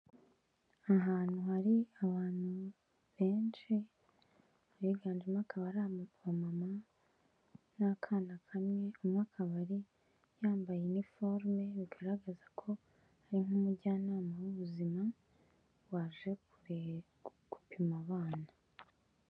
Ahantu hari abantu benshi abiganjemo akaba ari aba mama, na kana kamwe, kaba mbaye niforme bigaragaza ko ari nk'umujyanama w'ubuzima waje kure gupima abana.